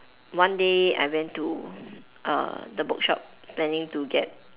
one day I went to err the bookshop planning to get